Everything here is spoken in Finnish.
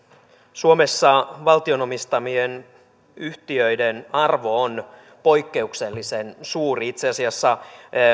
suomessa valtion omistamien yhtiöiden arvo on poikkeuksellisen suuri itse asiassa